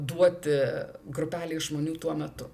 duoti grupelei žmonių tuo metu